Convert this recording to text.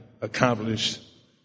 accomplished